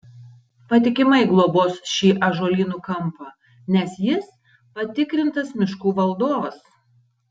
patikimai globos šį ąžuolynų kampą nes jis patikrintas miškų valdovas